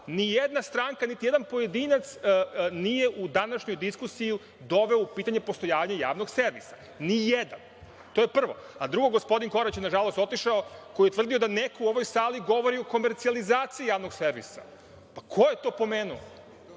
ni jedna stranka, ni jedan pojedinac, nije u današnjoj diskusiji doveo u pitanje postojanje javnog servisa, ni jedan. To je prvo. Drugo, gospodin Korać je na žalost otišao, koji je tvrdio da neko u ovoj sali govori o komercijalizaciji javnog servisa. Ko je to pomenuo?